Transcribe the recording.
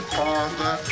father